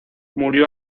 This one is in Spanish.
murió